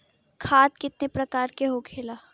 खाद कितने प्रकार के होखेला?